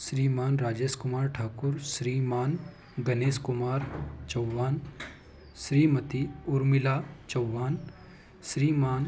Shriman Rajesh Kumar Thakur Shriman Ganesh Kumar Chauhan Shrimati Urmila Chauhan Shriman